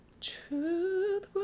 Truth